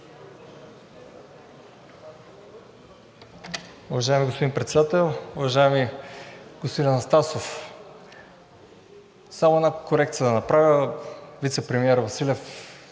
Уважаеми господин Председател! Уважаеми господин Анастасов, само една корекция да направя. Вицепремиерът Василев